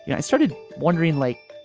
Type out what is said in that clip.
yeah i started wondering, like,